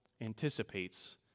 anticipates